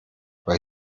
weil